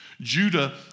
Judah